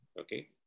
okay